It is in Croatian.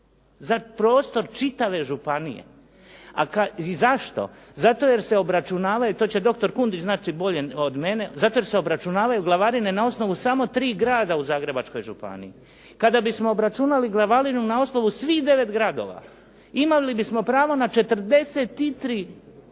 za prostor čitave županije. Zašto? Zato jer se obračunavaju, to će doktor Kundić znati bolje od mene, zato jer se obračunavaju glavarine na osnovu tri grada u Zagrebačkoj županiji. Kada bismo obračunali glavarinu na osnovu svih 9 gradova, imali bismo pravo na 43